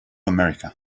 america